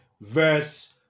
verse